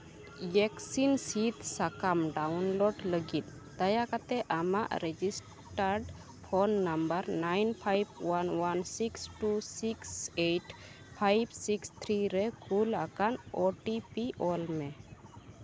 ᱤᱭᱮᱠᱥᱤᱱ ᱥᱤᱫ ᱥᱟᱠᱟᱢ ᱰᱟᱣᱩᱱᱞᱳᱰ ᱞᱟᱹᱜᱤᱫ ᱫᱟᱭᱟ ᱠᱟᱛᱮᱫ ᱟᱢᱟᱜ register phone number nine five one one six two six eight five six three ᱨᱮ ᱠᱩᱞ ᱟᱠᱟᱱ ᱳ ᱴᱤ ᱯᱤ ᱚᱞ ᱢᱮ